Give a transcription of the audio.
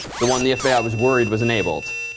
the one the fbi ah was worried was enabled.